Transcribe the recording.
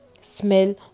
Smell